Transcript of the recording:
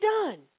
done